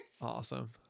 Awesome